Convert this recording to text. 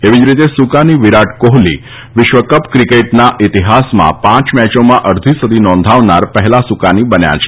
એવી જ રીતે સુકાની વિરાટ કોહલી વિશ્વકપ ક્રિકેટના ઈતિહાસમાં પાંચ મેચોમાં અડધી સદી નોંધાવનાર પહેલા સુકાની બન્યા છે